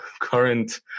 current